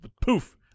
poof